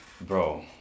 Bro